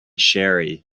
sherry